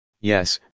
yes